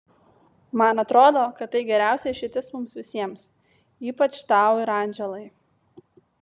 man atrodo kad tai geriausia išeitis mums visiems ypač tau ir andželai